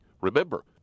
Remember